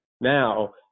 Now